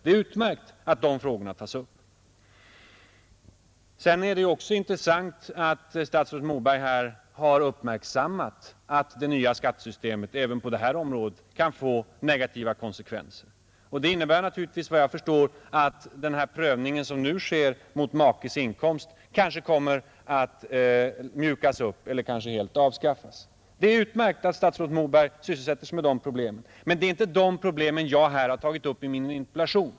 Det är också intressant att statsrådet Moberg har uppmärksammat att det nya skattesystemet även på detta område kan få negativa konsekvenser. Det innebär naturligtvis, efter vad jag kan förstå, att den prövning som nu sker mot makes inkomst kommer att mjukas upp eller helt avskaffas. Det är utmärkt att statsrådet Moberg sysselsätter sig med dessa problem. Men det är inte de problemen som jag har tagit upp i min interpellation.